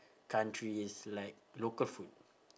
countries like local food